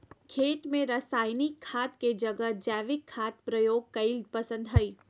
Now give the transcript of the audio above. खेत में रासायनिक खाद के जगह जैविक खाद प्रयोग कईल पसंद हई